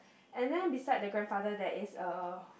and then beside the grandfather there is a